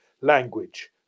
language